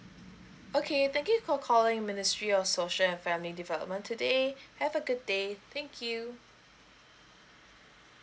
okay thank you for calling ministry of social and family development today have a good day thank you